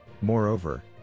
Moreover